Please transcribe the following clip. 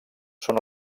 són